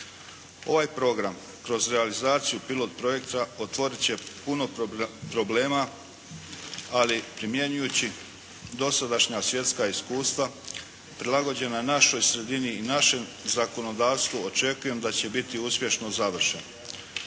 Ovaj program kroz realizaciju pilot projekta otvoriti će puno problema, ali primjenjujući dosadašnja svjetska iskustva prilagođena našoj sredini i našom zakonodavstvu, očekujem da će biti uspješno završen.